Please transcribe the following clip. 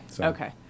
Okay